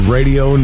Radio